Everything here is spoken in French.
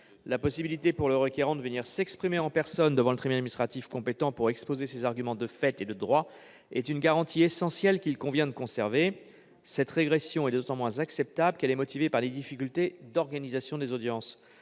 La possibilité pour le requérant de venir s'exprimer en personne devant le tribunal administratif compétent pour exposer ses arguments de fait et de droit est une garantie essentielle, qu'il convient de conserver. Cette régression est d'autant moins acceptable qu'elle est motivée par des difficultés d'organisation des audiences.